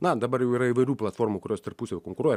na dabar jau yra įvairių platformų kurios tarpusavyje konkuruoja